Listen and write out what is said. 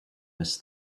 miss